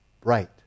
Bright